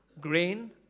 grain